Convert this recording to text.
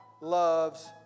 loves